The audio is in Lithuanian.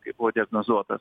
kai buvo diagnozuotas